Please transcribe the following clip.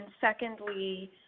secondly